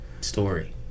story